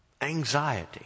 Anxiety